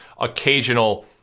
occasional